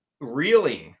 reeling